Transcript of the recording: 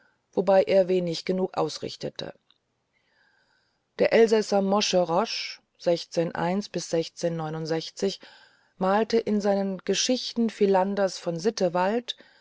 wobei er wenig genug ausrichtete der elsasser morsche roch malte in seinen gesichten philanders von sittewald